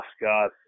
God